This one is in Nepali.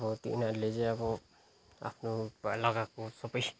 अब त्यो उनिहरूले चाहिँ अब आफ्नो लगाएको सबै